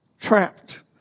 trapped